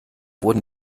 wurden